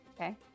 Okay